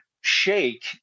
shake